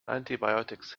antibiotics